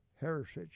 Heritage